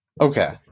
Okay